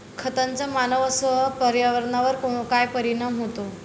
खतांचा मानवांसह पर्यावरणावर काय परिणाम होतो?